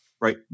right